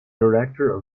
director